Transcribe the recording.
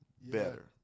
better